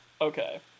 Okay